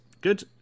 good